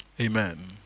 Amen